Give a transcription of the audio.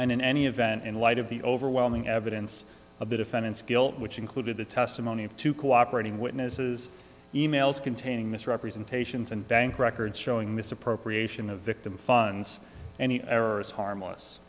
and in any event in light of the overwhelming evidence of the defendant's guilt which included the testimony of two cooperating witnesses e mails containing misrepresentations and bank records showing misappropriation a victim funds any errors harmless